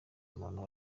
umuntu